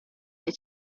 that